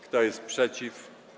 Kto jest przeciw?